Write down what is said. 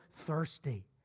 thirsty